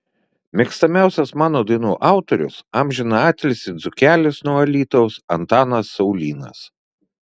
mėgstamiausias mano dainų autorius amžiną atilsį dzūkelis nuo alytaus antanas saulynas